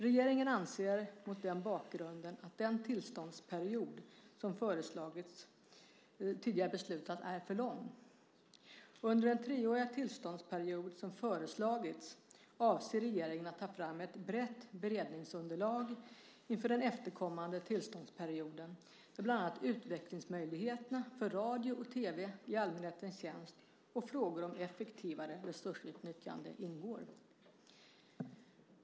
Regeringen anser mot den bakgrunden att den tillståndsperiod som tidigare beslutats är för lång. Under den treåriga tillståndsperiod som föreslagits avser regeringen att ta fram ett brett beredningsunderlag inför den efterkommande tillståndsperioden där bland annat utvecklingsmöjligheterna för radio och tv i allmänhetens tjänst och frågor om effektivare resursutnyttjande ingår.